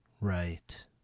Right